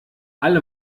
alle